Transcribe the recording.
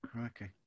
okay